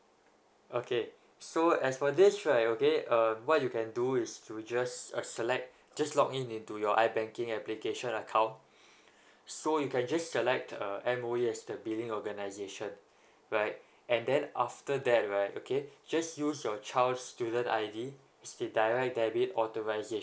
okay so as for this right okay uh what you can do is to just uh select just log in into your I banking application account so you can just select M_O_E as the billing organisation right and then after that right okay just use your child's student id direct debit authorization